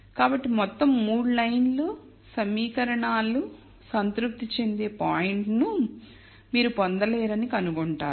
కాబట్టి మొత్తం 3 లైన్లు సమీకరణాలు సంతృప్తి చెందే పాయింట్ను మీరు పొందలేరని కనుగొంటారు